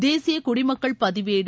தேசியகுடிமக்கள் பதிவேடு